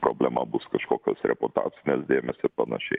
problema bus kažkokios reputacinės dėmės ir panašiai